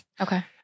Okay